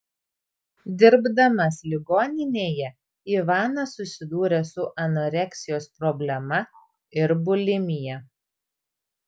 dirbdamas ligoninėje ivanas susidūrė su anoreksijos problema ir bulimija